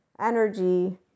energy